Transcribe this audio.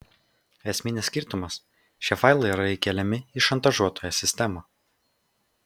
esminis skirtumas šie failai yra įkeliami į šantažuotojo sistemą